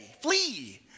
flee